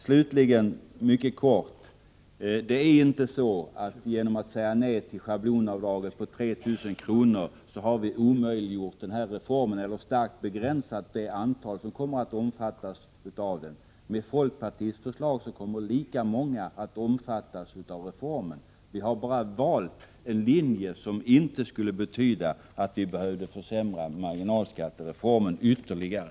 Slutligen mycket kort: Det är inte så att vi genom att säga nej till schablonavdraget på 3 000 kr. har omöjliggjort den här reformen eller starkt begränsat det antal som kommer att omfattas av den. Om man följer folkpartiets förslag kommer lika många att omfattas av reformen. Vi har valt en linje som betyder att vi inte behöver försämra marginalskattereformen ytterligare.